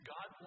God